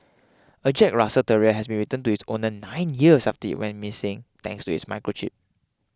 a Jack Russell terrier has been returned to its owner nine years after it went missing thanks to its microchip